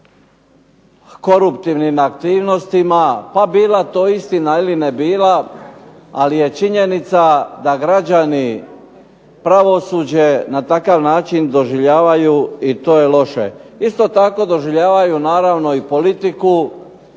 koruptivnim aktivnostima, bila to istina ili ne bila, ali je činjenica da građani pravosuđe na takav način doživljavaju i to je loše. Isto tako naravno doživljavaju i politiku,